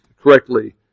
correctly